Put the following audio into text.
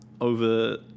over